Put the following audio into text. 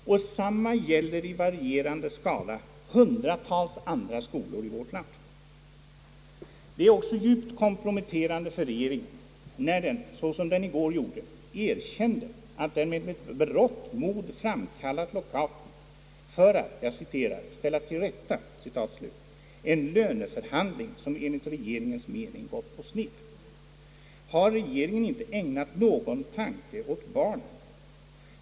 Detsamma gäller i varierande skala hundratals andra skolor i vårt land. Det är också djupt komprometterande för regeringen när den, såsom den i går gjorde, erkänner att den med berått mod framkallat lockouten för att »ställa till rätta» en löneförhandling, som enligt regeringens mening gått på sned. Har regeringen inte ägnat någon tanke åt barnen?